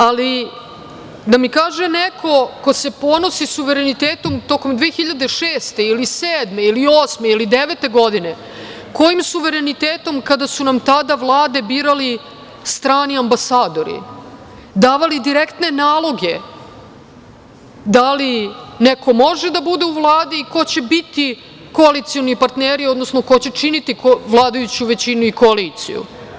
Ali, da mi kaže neko ko se ponosi sa suverenitetom tokom 2006. ili 2007. ili 2008. ili 2009. godine, kojim suverenitetom kada su nam tada vlade birali strani ambasadori, davali direktne naloge, da li neko može da bude u Vladi i ko će biti koalicioni partneri, odnosno ko će činiti vladajuću većinu i koaliciju?